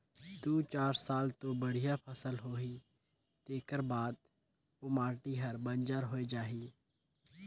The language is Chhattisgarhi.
दू चार साल तो बड़िया फसल होही तेखर बाद ओ माटी हर बंजर होए जाही